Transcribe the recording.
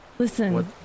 Listen